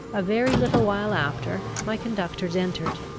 a very little while after, my conductors entered,